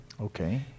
Okay